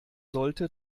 sollte